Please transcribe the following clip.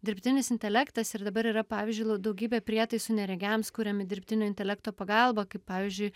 dirbtinis intelektas ir dabar yra pavyzdžiui daugybė prietaisų neregiams kuriami dirbtinio intelekto pagalba kaip pavyzdžiui